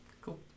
Cool